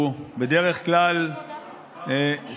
הוא בדרך כלל הוא עצמו,